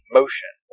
motion